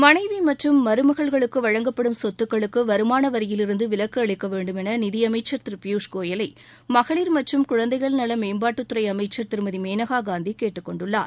மனைவி மற்றும் மருமகள்களுக்கு வழங்கப்படும் சொத்துக்களுக்கு வருமான வரியிலிருந்து விலக்கு அளிக்க வேண்டும் என நிதியமைச்சர் திரு பியூஷ் கோயலை மகளிர் மற்றும் குழந்தைகள் நல மேம்பாட்டுத்துறை அமைச்சர் திருமதி மேனகாகாந்தி கேட்டுக் கொண்டிருக்கிறார்